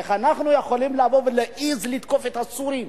איך אנחנו יכולים לבוא ולהעז לתקוף את הסורים,